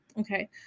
Okay